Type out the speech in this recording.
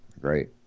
Great